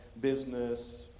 business